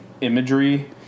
imagery